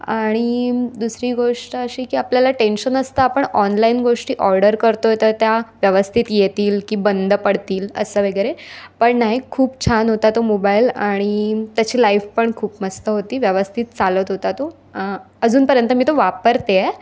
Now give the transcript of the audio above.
आणि दुसरी गोष्ट अशी की आपल्याला टेन्शन असतं आपण ऑनलाईन गोष्टी ऑर्डर करतो आहे तर त्या व्यवस्थित येतील की बंद पडतील असं वगैरे पण नाही खूप छान होता तो मोबाईल आणि त्याची लाईफ पण खूप मस्त होती व्यवस्थित चालत होता तो अजूनपर्यंत मी तो वापरते आहे